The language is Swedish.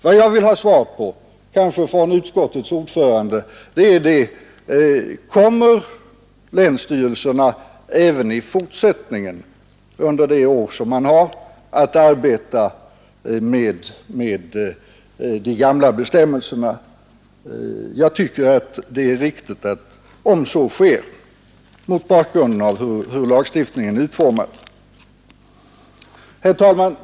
Vad jag vill ha svar på, kanske av utskottets ordförande, är alltså: Kommer länsstyrelserna även i fortsättningen under det år som de gamla bestämmelserna gäller att arbeta på grundval av dem? Mot bakgrunden av hur lagstiftningen är utformad tycker jag att det är riktigt att så sker. Herr talman!